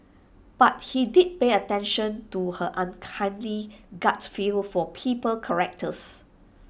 but he did pay attention to her uncanny gut feel for people's characters